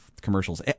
commercials